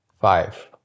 five